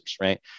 Right